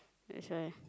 that's why